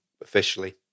officially